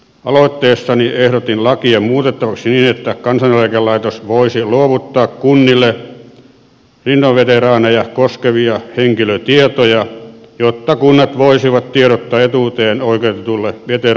aloitteessani ehdotin lakia muutettavaksi niin että kansaneläkelaitos voisi luovuttaa kunnille rintamaveteraaneja koskevia henkilötietoja jotta kunnat voisivat tiedottaa etuuteen oikeutetuille veteraaneille asiasta